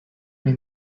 may